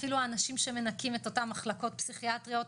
אפילו האנשים שמנקים את אותן מחלקות פסיכיאטריות,